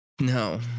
No